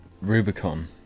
Rubicon